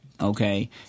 Okay